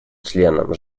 членом